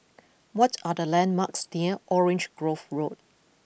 what are the landmarks near Orange Grove Road